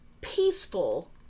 peaceful